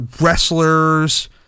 wrestlers